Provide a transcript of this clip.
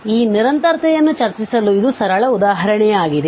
ಈ ನಿರಂತರತೆಯನ್ನು ಚರ್ಚಿಸಲು ಇದು ಸರಳ ಉದಾಹರಣೆಯಾಗಿದೆ